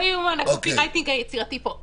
לא יאומן הקופירייטינג היצירתי פה.